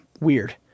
Weird